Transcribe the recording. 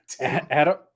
Adam